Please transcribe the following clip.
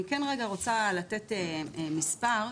אני רוצה לתת מספר,